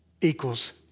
equals